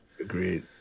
Agreed